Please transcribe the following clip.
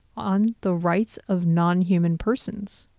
on the rights of non-human persons,